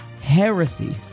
Heresy